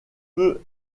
peut